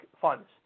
funds